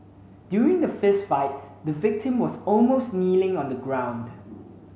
during the fist fight the victim was almost kneeling on the ground